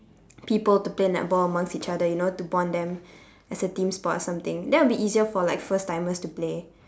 people to play netball amongst each other you know to bond them as a team sport or something then it'll be easier for like first timers to play